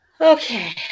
Okay